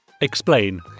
explain